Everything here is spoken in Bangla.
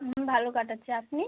হুম ভালো কাটাচ্ছি আপনি